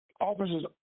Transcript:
officers